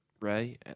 Ray